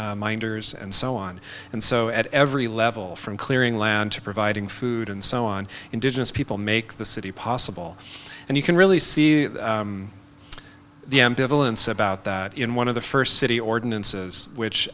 kind minders and so on and so at every level from clearing land to providing food and so on indigenous people make the city possible and you can really see the the ambivalence about that in one of the first city ordinances which